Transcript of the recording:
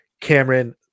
Cameron